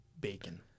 bacon